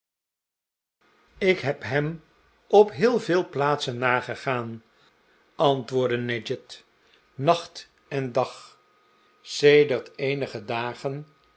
ik heb hem op heel veel plaatsen nagegaan antwoordde nadgett nacht en dag sedert eenige dagen